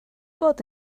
bod